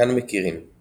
כאן מכירים |